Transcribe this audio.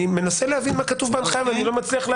אני מנסה להבין מה כתוב בהנחיה ולא מצליח.